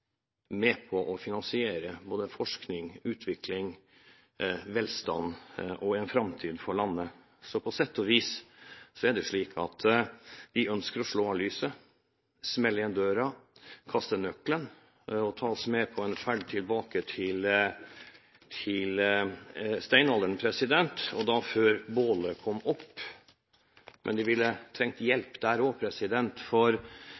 med på å finansiere forskning, utvikling, velstand og en framtid for landet. Så på sett og vis er det slik at de ønsker å slå av lyset, smelle igjen døren, kaste nøkkelen og ta oss med på en ferd tilbake til steinalderen, før bålet ble oppfunnet. Men de ville trengt hjelp der også, for